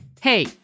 Hey